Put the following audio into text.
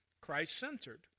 Christ-centered